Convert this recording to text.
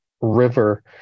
river